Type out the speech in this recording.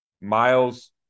Miles